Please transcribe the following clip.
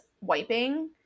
wiping